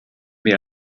mehr